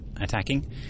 attacking